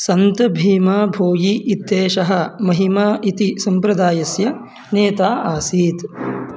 सन्त् भीमाभोयी इत्येषः महिमा इति सम्प्रदायस्य नेता आसीत्